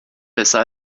besser